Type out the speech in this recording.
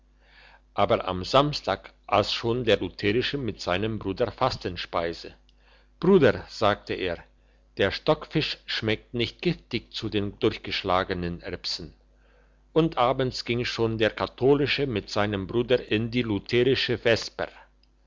aber am samstag ass schon der lutherische mit seinem bruder fastenspeise bruder sagte er der stockfisch schmeckt nicht giftig zu den durchgeschlagenen erbsen und abends ging schon der katholische mit seinem bruder in die lutherische vesper